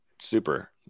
Super